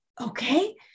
okay